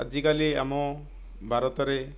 ଆଜି କାଲି ଆମ ଭାରତରେ